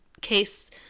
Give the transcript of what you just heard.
case